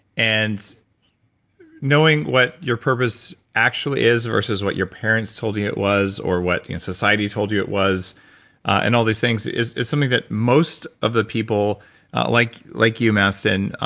and knowing what your purpose actually is versus what your parents told you it was or what society told you it was and all these things is is something that most of the people like like you, mastin,